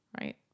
right